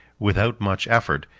without much effort,